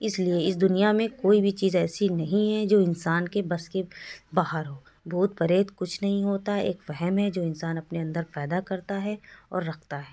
اس لیے اس دنیا میں کوئی بھی چیز ایسی نہیں ہے جو انسان کے بس کے باہر ہو بھوت پریت کچھ نہیں ہوتا ہے ایک وہم ہے جو انسان اپنے اندر پیدا کرتا ہے اور رکھتا ہے